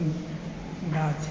गाछ